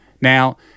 Now